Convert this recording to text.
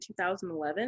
2011